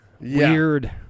Weird